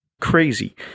crazy